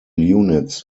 units